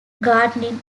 gardening